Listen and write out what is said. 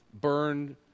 burned